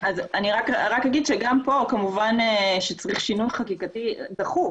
אז אני רק אגיד שגם פה צריך שינוי חקיקתי דחוף.